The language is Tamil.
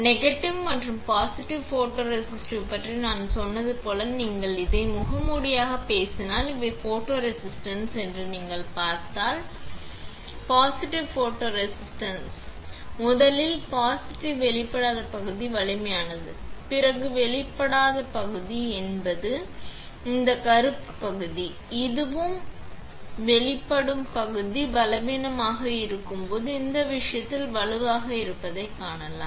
நெகட்டிவ் மற்றும் பாசிட்டிவ் போட்டோரெசிஸ்ட் பற்றி நான் சொன்னது போல் நீங்கள் இதை முகமூடியாகப் பேசினால் இவை போட்டோரெசிஸ்ட் என்று நீங்கள் பார்த்தால் நாங்கள் என்றால் பாசிட்டிவ் ஃபோட்டோரெசிஸ்ட் என்றால் முதலில் பாசிட்டிவ் வெளிப்படாத பகுதி வலிமையானது பிறகு வெளிப்படாத பகுதி என்பது இந்த கருப்புப் பகுதி இதுவும் இதுவும் வெளிப்படும் பகுதி பலவீனமாக இருக்கும் போது இந்த விஷயத்தில் வலுவாக இருப்பதைக் காணலாம்